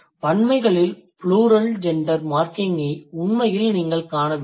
பன்மைகளில் plural gender marking ஐ உண்மையில் நீங்கள் காணவில்லை